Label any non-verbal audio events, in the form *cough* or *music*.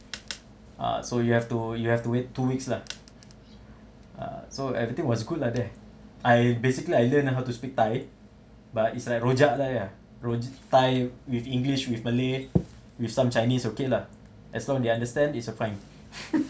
ah so you have to you have to wait two weeks lah uh so everything was good lah there I basically I learned how to speak thai but it's like rojak lah ya roj~ thai with english with malay with some chinese okay lah as long they understand it's a fine *laughs*